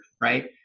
right